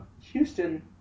Houston